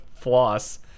floss